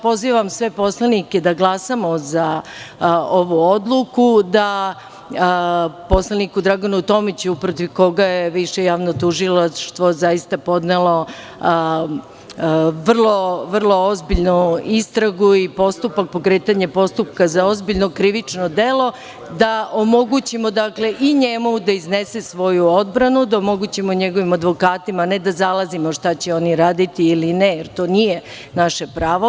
Pozivam sve poslanike da glasamo za ovu odluku da poslaniku Draganu Tomiću, protiv koga je Više javno tužilaštvo podnelo vrlo ozbiljnu istragu i postupak pokretanja postupka za ozbiljno krivično delo, omogućimo da iznese svoju odbranu, da omogućimo njegovim advokatima, ne da zalazimo u ono što će oni raditi, ne, jer to nije naše pravo.